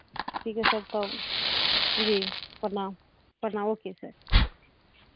ठीक है सर तो जी प्रणाम प्रणाम ओके सर